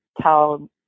tell